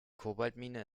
kobaltmine